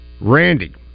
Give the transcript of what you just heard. Randy